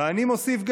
ואני מוסיף,